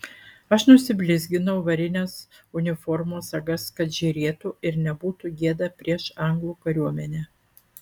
aš nusiblizginau varines uniformos sagas kad žėrėtų ir nebūtų gėda prieš anglų kariuomenę